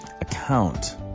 account